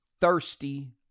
thirsty